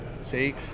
see